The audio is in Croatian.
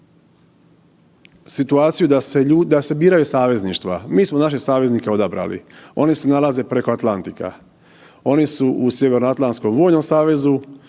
situaciju da se biraju savezništva. Mi smo naše saveznike odabrali, oni se nalaze preko Atlantika, oni su u Sjevernoatlantskom vojnom savezu